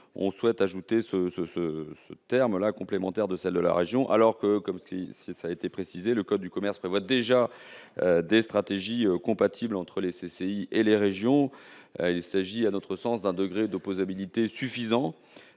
on souhaite ajouter les mots « complémentaires de celle de la région ». Or, comme cela a été précisé, le code de commerce prévoit déjà des stratégies compatibles entre les CCI et les régions. Il s'agit donc à notre sens d'un degré d'opposabilité suffisamment